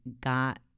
got